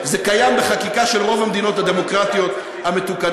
זה קיים בחקיקה של רוב המדינות הדמוקרטיות המתוקנות.